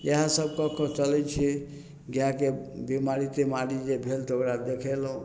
इएह सब कए कऽ चलय छियै गायके बीमारी तीमारी जे भेल तऽ ओकरा देखेलहुँ